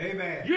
Amen